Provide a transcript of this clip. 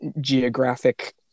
geographic